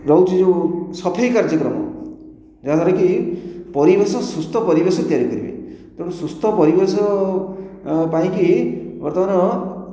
ରହୁଛି ଯେଉଁ ସଫେଇ କାର୍ଯ୍ୟକ୍ରମ ଯାହାଦ୍ୱାରା କି ପରିବେଶ ସୁସ୍ଥ ପରିବେଶ ତିଆରି କରିବେ ତେଣୁ ସୁସ୍ଥ ପରିବେଶ ପାଇଁ କି ବର୍ତ୍ତମାନ